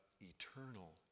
eternal